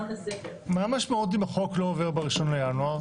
מה המשמעות אם החוק לא עובר ב-1 בינואר?